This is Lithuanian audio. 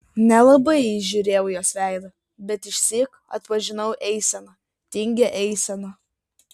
nelabai įžiūrėjau jos veidą bet išsyk atpažinau eiseną tingią eiseną